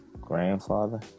grandfather